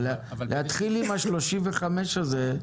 להתחיל עם ה-35 אחוזים האלה,